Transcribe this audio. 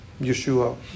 Yeshua